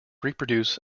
reproduce